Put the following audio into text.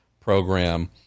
program